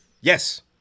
yes